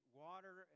water